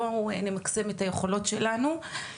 בואו נמקסם את היכולות שלנו.